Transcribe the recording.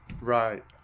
Right